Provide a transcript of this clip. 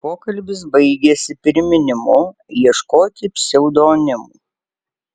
pokalbis baigėsi priminimu ieškoti pseudonimų